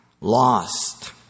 lost